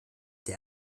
der